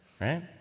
Right